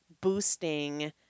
boosting